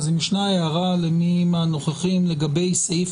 אז אם יש הערה למי מהנוכחים לגבי סעיף